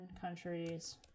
countries